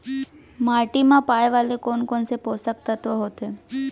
माटी मा पाए वाले कोन कोन से पोसक तत्व होथे?